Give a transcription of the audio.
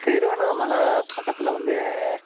திருவண்ணாமலை பக்கத்தில் வந்து